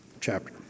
chapter